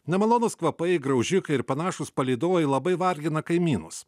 nemalonūs kvapai graužikai ir panašūs palydovai labai vargina kaimynus